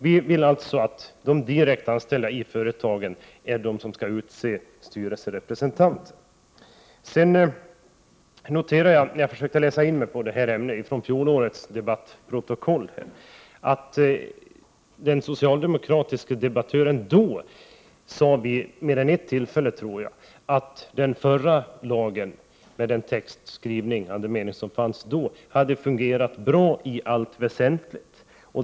Vi vill alltså att de direkt anställda i företagen skall utse styrelserepresentant. Jag har försökt läsa in detta ärende från fjolårets debattprotokoll och noterar att den socialdemokratiske debattören då vid mer än ett tillfälle sade att den förra lagtexten hade fungerat bra i allt väsentligt.